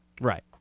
Right